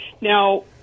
now